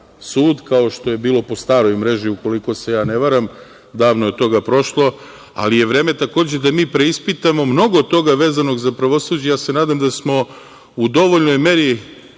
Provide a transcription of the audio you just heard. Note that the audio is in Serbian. sud, kao što je bilo po staroj mreži, ukoliko se ja ne varam, davno je od toga prošlo, ali je vreme takođe da mi preispitamo mnogo toga vezanog za pravosuđe. Ja se nadam da smo u dovoljnoj meri